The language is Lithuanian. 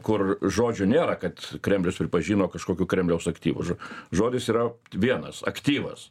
kur žodžių nėra kad kremlius pripažino kažkokių kremliaus aktyvų žodis yra vienas aktyvas